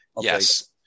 yes